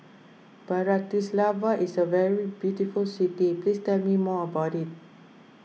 Bratislava is a very beautiful city please tell me more about it